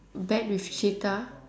bat with cheetah